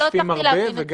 לא הצלחתי להבין את זה.